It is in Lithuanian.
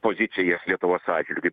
pozicijas lietuvos atžvilgiu